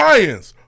Lions